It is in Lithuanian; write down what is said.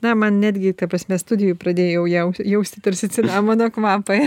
na man netgi ta prasme studijoj pradėjau jau jausti tarsi cinamono kvapą